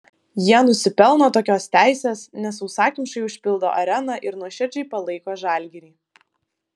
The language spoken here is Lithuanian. jie nusipelno tokios teisės nes sausakimšai užpildo areną ir nuoširdžiai palaiko žalgirį